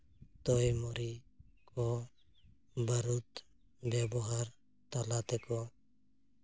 ᱛᱳᱭᱢᱚᱨᱤ ᱠᱚ ᱵᱟᱹᱨᱩᱫ ᱵᱮᱵᱚᱦᱟᱨ ᱛᱟᱞᱟ ᱛᱮᱠᱚ